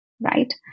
right